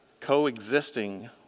coexisting